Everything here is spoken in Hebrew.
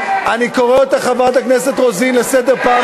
נא להוציא את חבר הכנסת מזוז מהאולם.